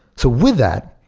so with that,